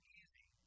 easy